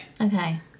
okay